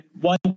one